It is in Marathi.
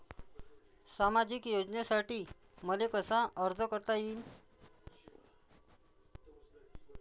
सामाजिक योजनेसाठी मले कसा अर्ज करता येईन?